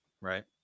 Right